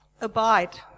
Abide